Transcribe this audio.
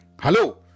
Hello